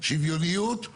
זה